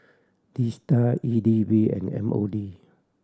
DSTA E D B and M O D